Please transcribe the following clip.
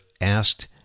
asked